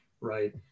right